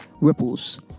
ripples